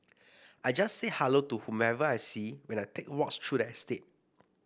I just say hello to whoever I see when I take walks through the estate